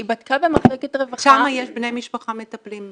היא בדקה במחלקת רווחה --- שם יש בני משפחה מטפלים.